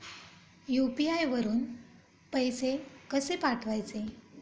UPI वरून पैसे कसे पाठवायचे?